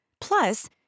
Plus